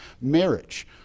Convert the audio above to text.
marriage